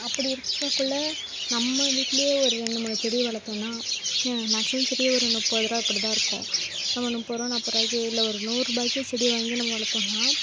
அப்படி இருக்கக்குள்ளே நம்ம வீட்லேயே ஒரு ரெண்டு மூணு செடியை வளர்த்தோனா மேக்ஸிமம் செடியே ஒரு முப்பது ரூபாய் இப்படிதான் இருக்கும் நம்ம முப்பது ரூபாய் நாற்பது ரூபாய்க்கு இல்லை ஒரு நூறு ரூபாய்க்கே செடியை வாங்கி நம்ம வளர்த்தோம்னா